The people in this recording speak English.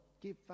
give